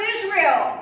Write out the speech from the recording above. Israel